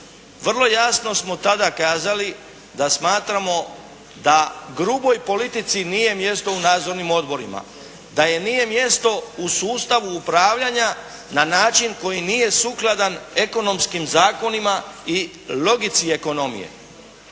vrlo jasno smo tada kazali da smatramo da gruboj politici nije mjesto u nadzornim odborima. Da joj nije mjesto u sustavu upravljanja na način koji nije sukladan ekonomskim zakonima i logici ekonomije.